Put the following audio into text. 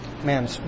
man